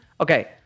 okay